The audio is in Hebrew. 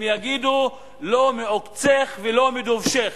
הם יגידו: לא מעוקצך ולא מדובשך.